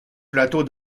plateau